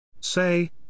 Say